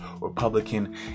Republican